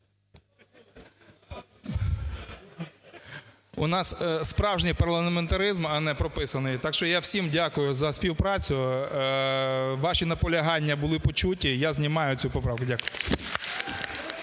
У нас справжній парламентаризм, а не прописаний, так що я всім дякую за співпрацю. Ваші наполягання були почуті, я знімаю цю поправку. Дякую.